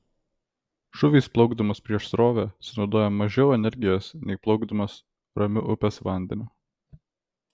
žuvys plaukdamos prieš srovę sunaudoja mažiau energijos nei plaukdamos ramiu upės vandeniu